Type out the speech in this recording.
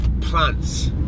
plants